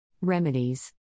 Remedies